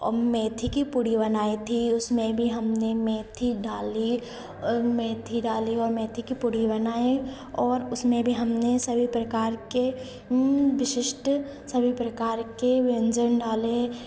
और मेंथी की पूड़ी बनाई थी उसमें भी हमने मेंथी डाली और मेंथी डाली और मेंथी की पूड़ी बनाई और उसमें भी हमने सभी प्रकार के उनमें विशिष्ट सभी प्रकार के व्यंजन डाले